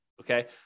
okay